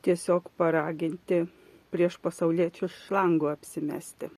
tiesiog paraginti prieš pasauliečius šlangu apsimesti